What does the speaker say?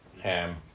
ham